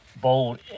bold